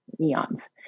eons